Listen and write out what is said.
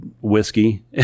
whiskey